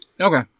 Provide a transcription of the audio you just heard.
okay